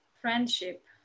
friendship